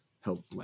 help